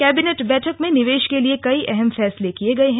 cabinet बैठक में निवेश के लिए कई अहम फैसले किये गये हैं